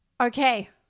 Okay